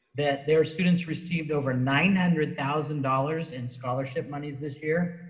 that their students received over nine hundred thousand dollars in scholarship monies this year.